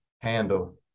handle